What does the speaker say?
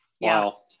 Wow